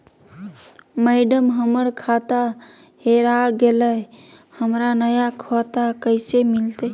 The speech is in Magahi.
मैडम, हमर खाता हेरा गेलई, हमरा नया खाता कैसे मिलते